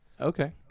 Okay